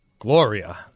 Gloria